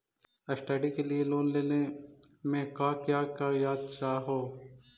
Study के लिये loan लेने मे का क्या कागजात चहोये?